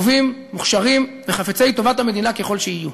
טובים, מוכשרים וחפצי טובת המדינה ככל שיהיו.